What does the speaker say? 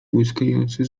błyskający